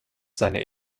seine